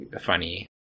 funny